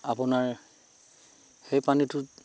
আপোনাৰ সেই পানীটোত